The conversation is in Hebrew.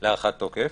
להארכת תוקף.